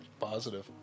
Positive